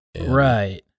Right